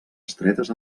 estretes